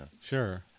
sure